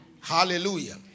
Hallelujah